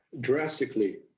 drastically